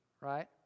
right